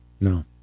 No